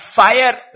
fire